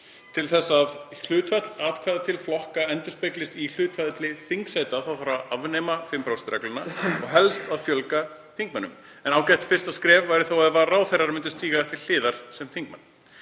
Til að hlutfall atkvæða til flokka endurspeglist í hlutfalli þingsæta þarf að afnema 5% regluna og helst að fjölga þingmönnum. Ágætt fyrsta skref væri þó ef ráðherrar myndu stíga til hliðar sem þingmenn.